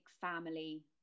family